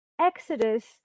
Exodus